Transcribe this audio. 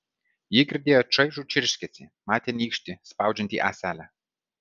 ji girdėjo čaižų čirškesį matė nykštį spaudžiantį ąselę